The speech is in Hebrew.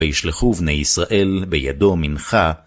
וישלחו בני ישראל בידו מנחה.